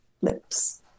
lips